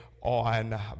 on